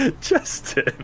Justin